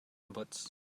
inputs